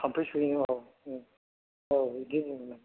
थाम्फै सुयैनि औ औ बिदिनो होनदोंमोनदां